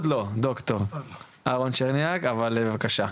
אהרון צ'רניאק, בבקשה.